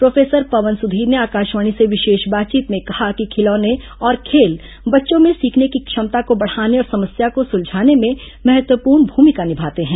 professor Pavan Sudhir ने आकाशवाणी से विशेष बातचीत में कहा कि खिलौने और खेल बच्चों में सीखने की क्षमता को बढ़ाने और समस्या को सुलझाने में महत्वपूर्ण भूमिका निभाते हैं